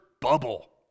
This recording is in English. bubble